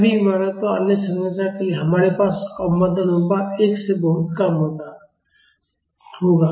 सभी इमारतों और अन्य संरचनाओं के लिए हमारे पास अवमंदन अनुपात 1 से बहुत कम होगा